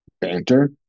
banter